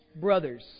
brothers